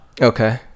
Okay